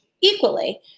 equally